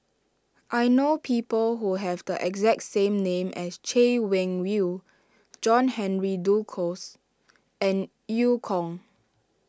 I know people who have the exact same name as Chay Weng Yew John Henry Duclos and Eu Kong